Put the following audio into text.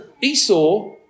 Esau